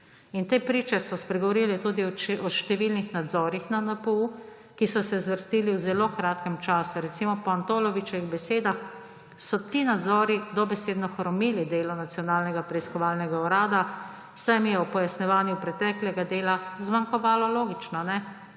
Te priče so spregovorile tudi o številnih nadzorih na NPU, ki so se zvrstili v zelo kratkem času. Po Antolovičevih besedah so ti nadzori dobesedno hromili delo Nacionalnega preiskovalnega urada, saj jim je ob pojasnjevanju preteklega dela zmanjkovalo, logično,